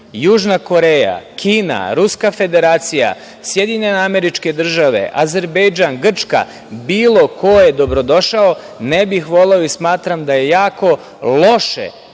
Južna Koreja, Kina, Ruska Federacija, SAD, Azerbejdžan, Grčka, bilo ko je dobrodošao. Ne bih voleo i smatram da je jako loše